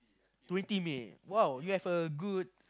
twenty May !wow! you have a good